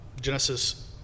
Genesis